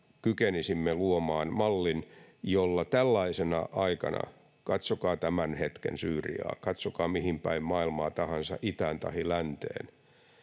kykenisimme luomaan mallin jolla tällaisena aikana katsokaa tämän hetken syyriaa katsokaa mihinpäin maailmaa tahansa itään tahi länteen